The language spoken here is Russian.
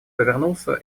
повернулся